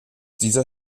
dieser